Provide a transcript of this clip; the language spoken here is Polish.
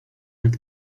jak